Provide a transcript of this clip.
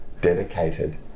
dedicated